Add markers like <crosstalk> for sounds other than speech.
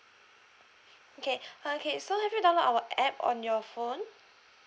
okay <breath> uh can you so have you download our app on your phone